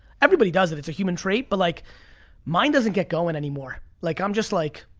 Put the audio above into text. everybody does it. it's a human trait. but like mine doesn't get going anymore. like i'm just like,